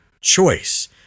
choice